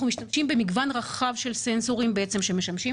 אנחנו משתמשים במגוון רחב של סנסורים שמשמשים